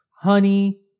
Honey